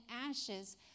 ashes